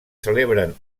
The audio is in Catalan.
celebren